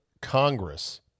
Congress